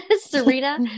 Serena